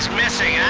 missing